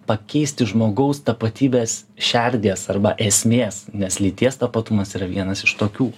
pakeisti žmogaus tapatybės šerdies arba esmės nes lyties tapatumas yra vienas iš tokių